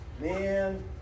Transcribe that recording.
man